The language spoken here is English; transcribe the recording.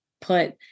put